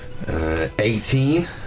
18